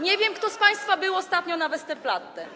Nie wiem, kto z państwa był ostatnio na Westerplatte.